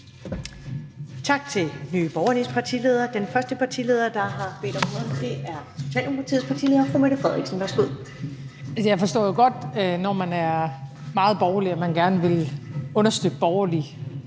Jeg forstår jo godt, at man, når man er meget borgerlig, gerne vil understøtte borgerlig